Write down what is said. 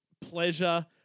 pleasure